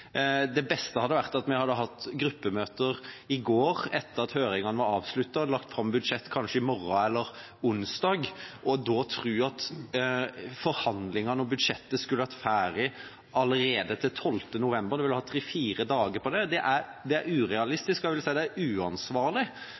Det synes jeg er problematisk. Det beste hadde vært at vi hadde hatt gruppemøter i går, etter at høringene var avsluttet, og lagt fram budsjett kanskje i morgen eller onsdag. Å tro at forhandlingene og budsjettet skulle vært ferdig allerede til 12. november – en ville hatt tre–fire dager på det – er urealistisk, og jeg vil si at det er uansvarlig.